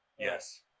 Yes